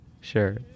sure